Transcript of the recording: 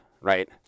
right